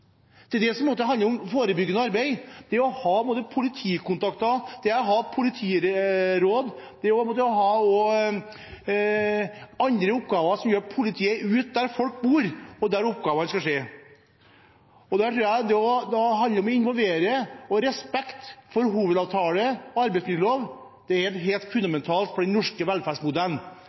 Til det som handler om forebyggende arbeid: Det handler om å ha politikontakter, å ha politiråd og å ha andre oppgaver som gjør at politiet er ute der folk bor, der oppgavene skal skje. Jeg tror det handler om å involvere, og om å ha respekt for Hovedavtalen og arbeidsmiljøloven. Det er helt fundamentalt for den norske velferdsmodellen.